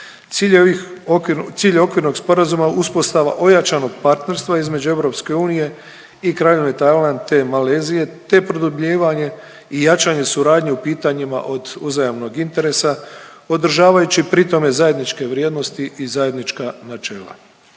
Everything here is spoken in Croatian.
cilj je okvirnog sporazuma uspostava ojačanog partnerstva između EU i Kraljevine Tajland te Malezije te produbljivanje i jačanje suradnje u pitanjima od uzajamnog interesa održavajući pritom zajedničke vrijednosti i zajednička načela.